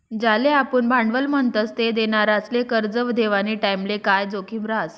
ज्याले आपुन भांडवल म्हणतस ते देनारासले करजं देवानी टाईमले काय जोखीम रहास